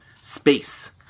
space